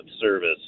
service